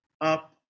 up